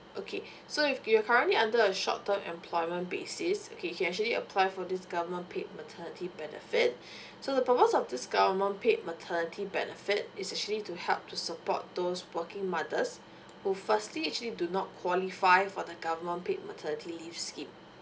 okay so if you're currently under a short term employment basis okay you can actually apply for this government paid maternity benefit so the purpose of this government paid maternity benefit is actually to help to support those working mothers who firstly actually do not qualify for the government paid maternity leave scheme